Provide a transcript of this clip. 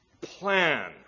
plan